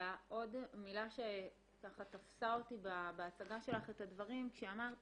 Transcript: עוד מילה שככה תפסה אותי בהצגה שלך את הדברים כשאמרת